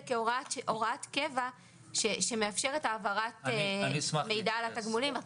כהוראת קבע שמאפשרת העברת מידע על התגמולים.